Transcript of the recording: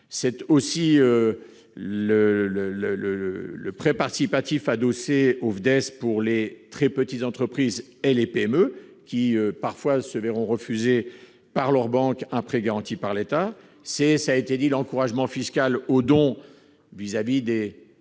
pense ensuite au prêt participatif adossé au FDES pour les très petites entreprises et les PME, qui parfois se voient refuser par leur banque un prêt garanti par l'État. Je pense aussi à l'encouragement fiscal au don vis-à-vis des